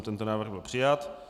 Tento návrh byl přijat.